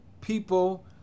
people